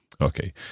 Okay